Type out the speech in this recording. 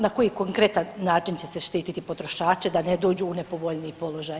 Na koji konkretan način će se štititi potrošače da ne dođu u nepovoljniji položaj?